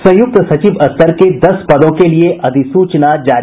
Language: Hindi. संयुक्त सचिव स्तर के दस पदों के लिए अधिसूचना जारी